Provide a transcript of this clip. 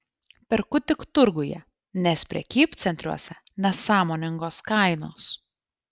perku tik turguje nes prekybcentriuose nesąmoningos kainos